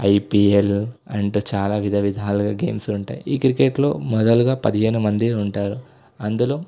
IPL అంటు చాలా విధవిధాలుగా గేమ్స్ ఉంటాయి ఈ క్రికెట్లో మొదలుగా పదిహేను మంది ఉంటారు అందులో